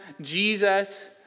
Jesus